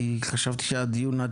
חשבתי שהדיון עד